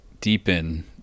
deepen